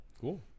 cool